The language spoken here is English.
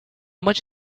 much